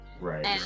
Right